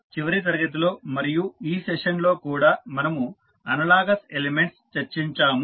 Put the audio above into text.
చివరి తరగతిలో మరియు ఈ సెషన్ లో కూడా మనము అనలాగస్ ఎలిమెంట్స్ చర్చించాము